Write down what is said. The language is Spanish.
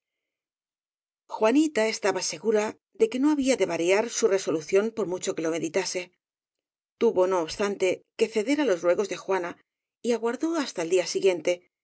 juanita estaba segura de que no había de variar su resolución por mucho que lo meditase tuvo no obstante que ceder á los ruegos de juana y aguardó hasta el día siguiente